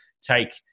take